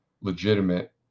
legitimate